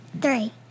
Three